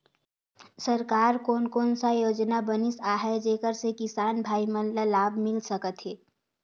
सरकार कोन कोन सा योजना बनिस आहाय जेकर से किसान भाई मन ला लाभ मिल सकथ हे?